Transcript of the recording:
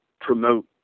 promote